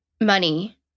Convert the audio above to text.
money